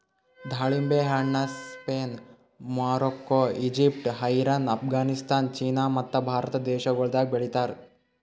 ದಾಳಿಂಬೆ ಹಣ್ಣ Spain, Morocco, Egypt, Iran, Afghanistan, China ಮತ್ತ ಭಾರತ ದೇಶಗೊಳ್ದಾಗ್ ಬೆಳಿತಾರ್